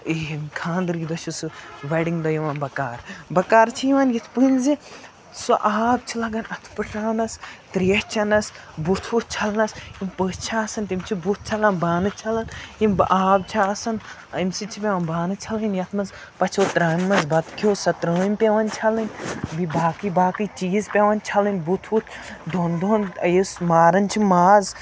یِہِنٛدۍ خاندرٕکۍ دۄہ چھِ سُہ وٮ۪ڈِنٛگ دۄہ یِوان بَکار بَکار چھِ یِوان یِتھ پٲٹھۍ زِ سُہ آب چھِ لَگان اَتھٕ پٕٹھراونَس ترٛیش چَنَس بُتھ وُتھ چھَلنَس یِم پٔژھۍ چھِ آسان تِم چھِ بُتھ چھَلان بانہٕ چھَلان یِم بہٕ آب چھِ آسان اَمہِ سۭتۍ چھِ پٮ۪وان بانہٕ چھَلٕنۍ یَتھ منٛز پَژھیو ترٛامہِ منٛز بَتہٕ کھیوٚو سۄ ترٛامہِ پٮ۪وان چھَلٕنۍ بیٚیہِ باقٕے باقٕے چیٖز پٮ۪وان چھَلٕنۍ بُتھ وُتھ دۄن دۄہَن یُس ماران چھِ ماز